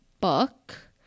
book